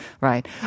Right